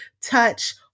touch